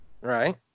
Right